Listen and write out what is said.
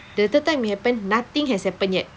the third time it happened nothing has happened yet